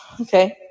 Okay